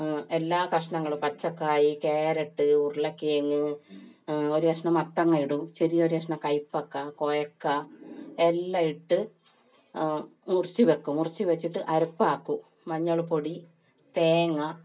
എല്ലാ കഷ്ണങ്ങളും പച്ചക്കായി ക്യാരറ്റ് ഉരുളക്കിഴങ്ങ് ഒരു കഷ്ണം മത്തങ്ങ ഇടും ചെറിയൊരു കഷ്ണം കയ്പ്പക്ക കോവക്ക എല്ലാം ഇട്ട് മുറിച്ച് വയ്ക്കും മുറിച്ച് വച്ചിട്ട് അരപ്പ് ആക്കും മഞ്ഞൾ പൊടി തേങ്ങ